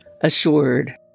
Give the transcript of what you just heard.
assured